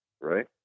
right